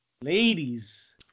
Ladies